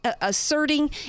asserting